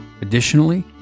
Additionally